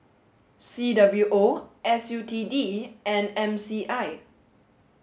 C W O S U T D and M C I